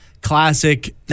Classic